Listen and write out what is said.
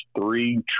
three